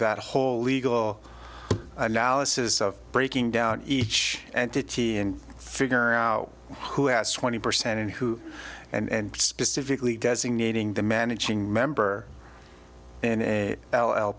that whole legal analysis of breaking down each entity and figure out who has twenty percent and who and specifically designating the managing member in